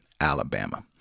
Alabama